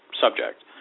subject